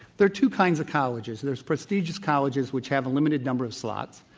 there are two kinds of colleges. there's prestigious colleges which have a limited number of slots,